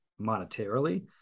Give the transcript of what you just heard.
monetarily